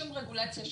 שום רגולציה,